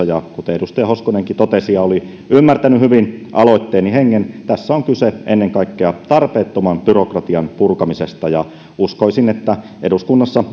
ja kuten edustaja hoskonenkin totesi ja oli ymmärtänyt hyvin aloitteeni hengen tässä on kyse ennen kaikkea tarpeettoman byrokratian purkamisesta ja uskoisin että eduskunnassa